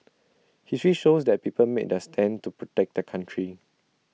history shows that people made their stand to protect their country